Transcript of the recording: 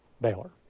Baylor